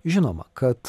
žinoma kad